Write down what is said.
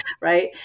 right